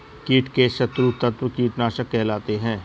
कीट के शत्रु तत्व कीटनाशक कहलाते हैं